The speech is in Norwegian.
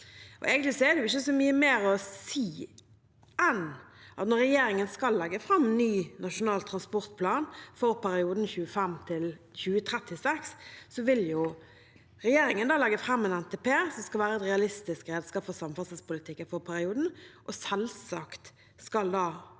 Egentlig er det ikke så mye mer å si enn at når regjeringen skal legge fram ny nasjonal transportplan for perioden 2025–2036, vil regjeringen legge fram en NTP som skal være et realistisk redskap for samferdselspolitikken i den perioden, og selvsagt skal alle